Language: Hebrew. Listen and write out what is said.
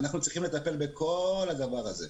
אנחנו צריכים לטפל בכל הדבר הזה.